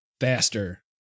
faster